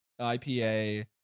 ipa